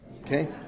Okay